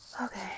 Okay